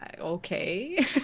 Okay